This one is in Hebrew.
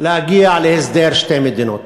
להגיע להסדר שתי מדינות.